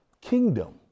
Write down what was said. kingdom